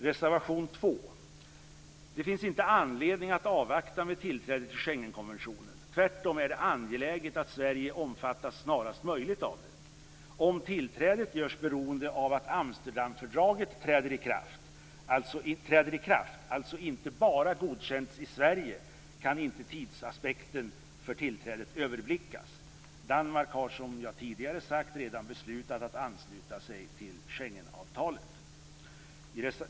Reservation 2: Det finns inte anledning att avvakta med tillträdet till Schengenkonventionen. Tvärtom är det angeläget att Sverige snarast möjligt omfattas av den. Om tillträdet görs beroende av att Amsterdamfördraget träder i kraft, alltså inte bara godkänts i Sverige, kan inte tidsaspekten när det gäller tillträdet överblickas. Danmark har, som jag tidigare sagt, redan beslutat att ansluta sig till Schengenavtalet.